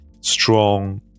strong